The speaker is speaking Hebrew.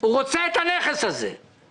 אנחנו נבוא לכנסת ונשבות